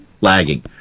lagging